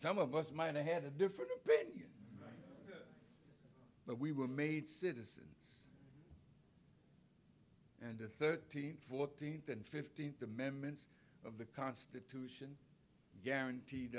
some of us might have had a different opinion but we were made citizen and the thirteenth fourteenth and fifteenth amendments of the constitution guaranteed